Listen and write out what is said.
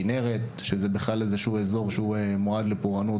כנרת שהיא בכלל אזור שמועד לפורענות,